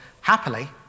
happily